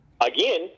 Again